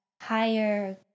higher